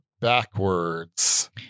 backwards